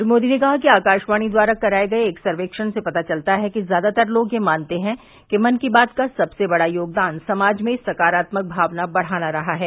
श्री मोदी ने कहा कि आकाशवाणी द्वारा कराये गये एक सर्वेक्षण से पता चलता है कि ज्यादातर लोग यह मानते हैं कि मन की बात का सबसे बड़ा योगदान समाज में सकारात्मक भावना बढ़ाना रहा है